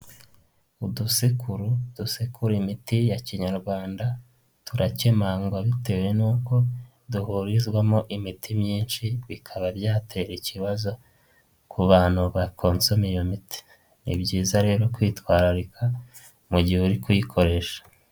Udusekuru dusekura imiti ya kinyarwanda turakemangwa bitewe n'uko duhurizwamo imiti myinshi bikaba byatera ikibazo ku bantu ba consoma iyo miti, ni byiza rero kwitwararika mu gihe uri kuyikoresha.